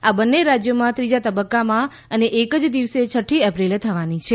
આ બંને રાજ્યોમાં ત્રીજા તબક્કામાં અને એક જ દિવસે છઠ્ઠી એપ્રિલે થવાની છે